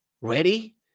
ready